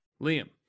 Liam